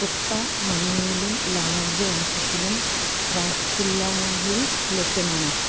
കുർത്ത മഞ്ഞയിലും ലാർജ് വലുപ്പത്തിലും ക്രാഫ്റ്റ്സ്വില്ലായിൽ ലഭ്യമാണോ